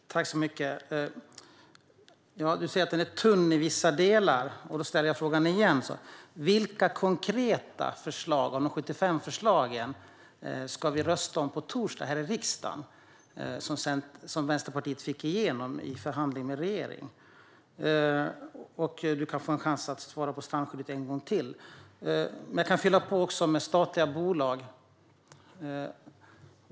Fru talman! Håkan Svenneling säger att propositionen i år är tunn i vissa delar. Då ställer jag min fråga igen: Vilka konkreta förslag av de 75 förslagen som vi ska rösta om på torsdag i riksdagen fick Vänsterpartiet igenom i förhandling med regeringen? Håkan får en chans att svara på frågan om strandskyddet en gång till. Jag kan även fylla på med något om statliga bolag.